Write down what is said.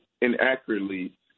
inaccurately